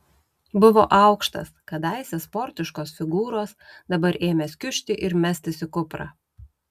buvo aukštas kadaise sportiškos figūros dabar ėmęs kiužti ir mestis į kuprą